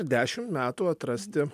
dešim metų atrasti